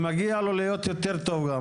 מגיע לו להיות יותר טוב גם,